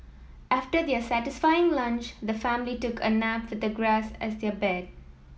after their satisfying lunch the family took a nap with the grass as their bed